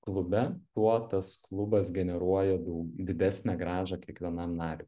klube tuo tas klubas generuoja dau didesnę grąžą kiekvienam nariui